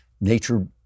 nature